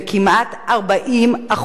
כמעט ב-40%.